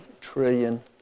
trillion